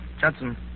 Judson